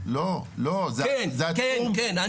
לא, לא זה התחום שבאחריות- -- כן, כן.